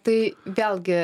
tai vėlgi